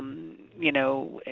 you know,